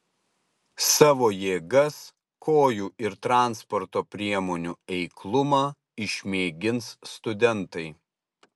savo jėgas kojų ir transporto priemonių eiklumą išmėgins studentai